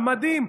מדהים,